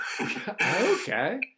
Okay